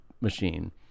machine